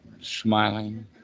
Smiling